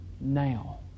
now